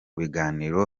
biganiro